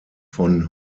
von